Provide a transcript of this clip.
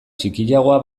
txikiagoa